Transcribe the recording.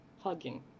hugging